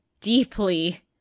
Deeply